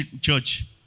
Church